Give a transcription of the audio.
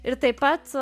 ir taip pat